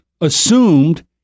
assumed